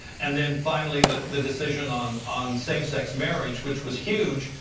and then finally, the the decision on on same-sex marriage, which was huge.